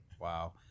Wow